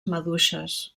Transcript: maduixes